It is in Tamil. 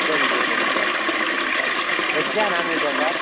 சரிங்க சார் சரிங்க சார் வெஜ்ஜா நான்வெஜ்ஜா சார்